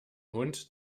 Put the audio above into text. hund